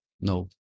no